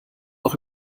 doch